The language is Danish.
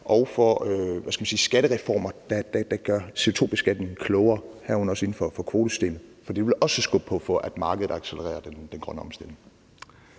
sige, skattereformer, der gør CO2-beskatningen klogere, herunder også inden for kvotesystemet, for det vil også skubbe på for, at markedet accelererer den grønne omstilling.